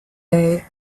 day